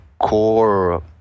Core